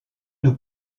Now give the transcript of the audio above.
nous